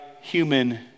human